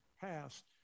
passed